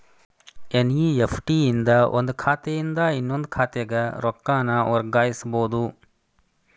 NEFT ಇಂದ ಒಂದ್ ಖಾತೆಯಿಂದ ಇನ್ನೊಂದ್ ಖಾತೆಗ ರೊಕ್ಕಾನ ವರ್ಗಾಯಿಸಬೋದು